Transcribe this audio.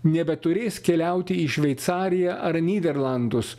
nebeturės keliauti į šveicariją ar nyderlandus